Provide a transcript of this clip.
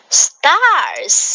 stars